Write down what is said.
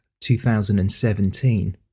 2017